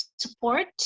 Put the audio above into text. support